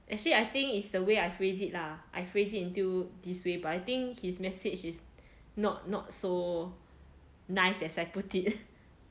actually I think is the way I phrase it lah I phrase it into this way but I think his message is not not so nice as I put it